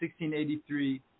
1683